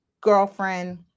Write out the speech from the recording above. girlfriend